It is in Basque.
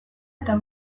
eta